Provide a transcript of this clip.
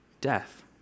Death